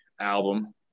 album